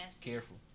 Careful